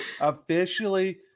officially